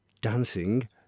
dancing